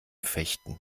fechten